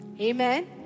Amen